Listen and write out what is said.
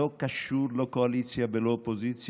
זה לא קשור לא לקואליציה ולא לאופוזיציה.